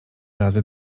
razy